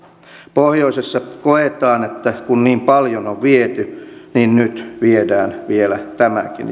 pohjoisessa koetaan että kun niin paljon on viety niin nyt viedään vielä tämäkin